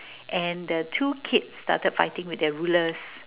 and the two kids started fighting with their rulers